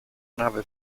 nave